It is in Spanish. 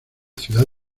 ciudad